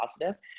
positive